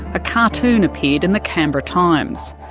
a cartoon appeared in the canberra times.